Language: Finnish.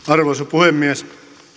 arvoisa puhemies